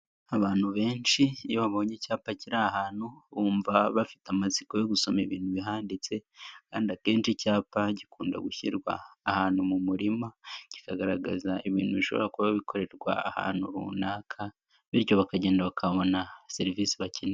Abantu benshi iyo babonye icyapa kiri ahantu bumva bafite amatsiko yo gusoma ibintu bihanditse kandi akenshi icyapa gikunda gushyirwa ahantu mu murima kikagaragaza ibintu bishobora kuba bikorerwa ahantu runaka bityo bakagenda bakabona serivisi bakeneye.